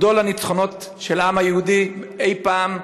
גדול הניצחונות של העם היהודי אי-פעם,